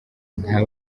nka